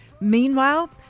meanwhile